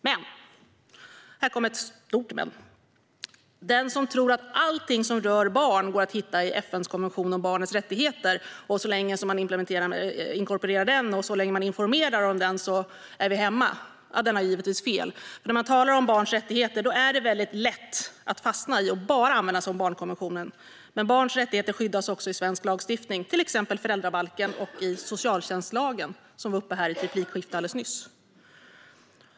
Men - här kommer ett stort men - den som tror att allting som rör barn går att hitta i FN:s konvention om barnets rättigheter och att så länge man inkorporerar den och informerar om den är vi hemma, den har givetvis fel. När man talar om barns rättigheter är det lätt att fastna i att bara använda sig av barnkonventionen. Men barns rättigheter skyddas också i svensk lagstiftning, till exempel i föräldrabalken och i socialtjänstlagen som togs upp i ett replikskifte alldeles nyss.